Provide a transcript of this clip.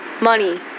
money